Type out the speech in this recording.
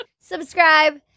Subscribe